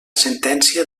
sentència